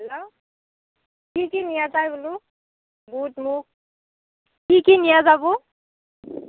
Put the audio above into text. hello কি কি নিয়া যায় বোলো বুট মুগ কি কি নিয়া যাব